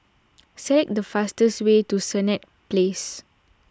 select the fastest way to Senett Place